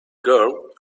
girl